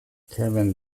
kevin